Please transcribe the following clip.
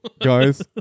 Guys